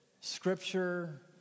scripture